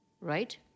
right